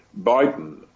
Biden